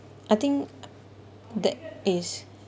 I think that is